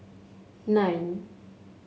nine